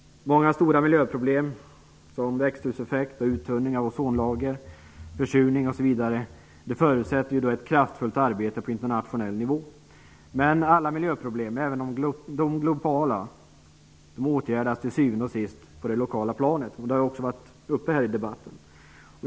Många stora miljöproblem såsom växthuseffekt och uttunning av ozonlager, försurning osv. förutsätter ett kraftfullt arbete på internationell nivå. Men alla miljöproblem, även de globala, åtgärdas till syvende och sist på det lokala planet. Detta har också tagits upp här i debatten.